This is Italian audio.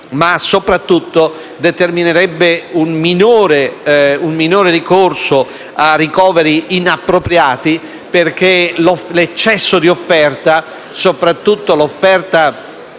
ma soprattutto determinerebbe un minore ricorso a ricoveri inappropriati, perché l'eccesso di offerta, soprattutto di offerta